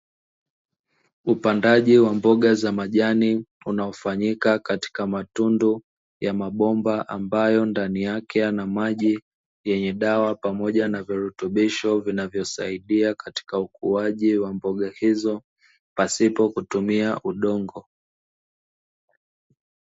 Upandaji wa mboga za majani unaofanyika katika matundu ya mabomba, ambayo ndani yake yana maji yenye dawa pamoja na virutubisho vinavyosaidia katika ukuaji wa mboga hizo; pasipo kutumia udongo.